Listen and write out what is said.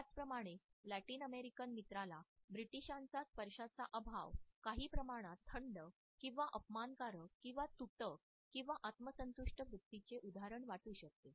त्याचप्रमाणे Latin American मित्राला ब्रिटीशांचा स्पर्शाचा अभाव काही प्रमाणात थंड किंवा अपकारक किंवा तुटक किंवा आत्मसंतुष्ट वृत्तीचे उदाहरण वाटू शकते